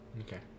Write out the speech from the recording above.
okay